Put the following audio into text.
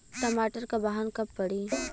टमाटर क बहन कब पड़ी?